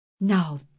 Now